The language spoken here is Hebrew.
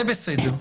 זה בסדר.